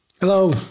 Hello